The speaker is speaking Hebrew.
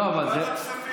לא, אבל זה, ועדת כספים.